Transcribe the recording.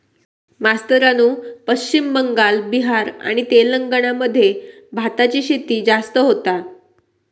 मास्तरानू पश्चिम बंगाल, बिहार आणि तेलंगणा मध्ये भाताची शेती जास्त होता